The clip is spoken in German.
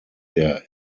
der